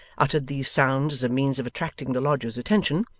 uttered these sounds as a means of attracting the lodger's attention,